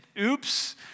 oops